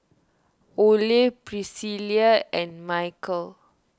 Oley Priscilla and Michael